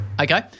Okay